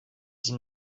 sie